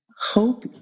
Hope